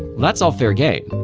that's all fair game.